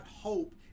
hope